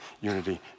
unity